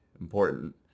important